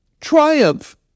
Triumph